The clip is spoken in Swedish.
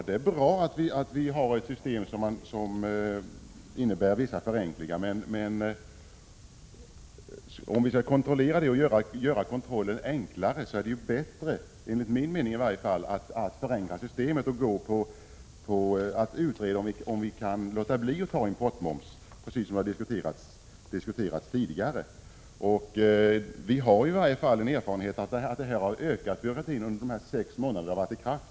Herr talman! Det är bra att vi har ett system som innebär vissa förenklingar. Men om man skall göra kontrollen enklare är det ju, i varje fall enligt min mening, bättre att förenkla systemet och utreda om man kan låta bli att ta ut importmoms, vilket har diskuterats tidigare. Vi har erfarenheten att byråkratin har ökat under de sex månader som reglerna har varit i kraft.